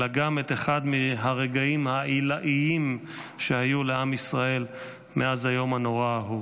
אלא גם את אחד מהרגעים העילאיים שהיו לעם ישראל מאז היום הנורא ההוא.